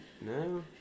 No